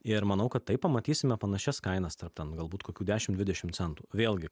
ir manau kad taip pamatysime panašias kainas tarp ten galbūt kokių dešim dvidešim centų vėlgi